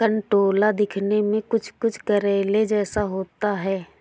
कंटोला दिखने में कुछ कुछ करेले जैसा होता है